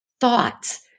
thoughts